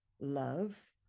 love